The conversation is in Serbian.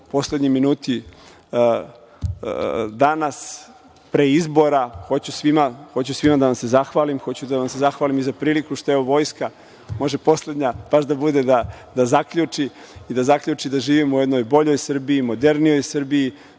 poslednji minuti danas, pre izbora, hoću svima da vam se zahvalim, hoću da vam se zahvalim i za priliku što evo Vojska može poslednja baš da bude, da zaključi i da zaključi da živimo u jednoj boljoj Srbiji, modernijoj Srbiji,